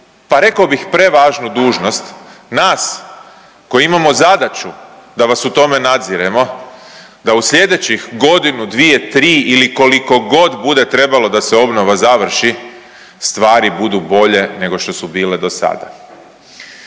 pa rekao bih prevažnu dužnost, nas koji imamo zadaću da vas u tome nadziremo da u slijedećih godinu, dvije, tri ili koliko god bude trebalo da se obnova završi stvari budu bolje nego što su bile dosada.